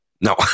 No